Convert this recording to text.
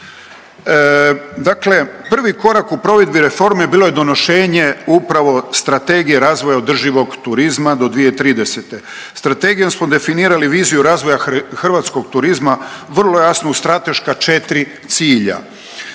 Dakle prvi korak u provedbi reforme bilo je donošenje upravo Strategije razvoja održivog turizma do 2030.. Strategijom smo definirali viziju razvoja hrvatskog turizma, vrlo jasna strateška 4 cilja,